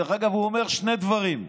דרך אגב, הוא אומר שני דברים: